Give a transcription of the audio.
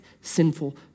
sinful